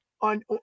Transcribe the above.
on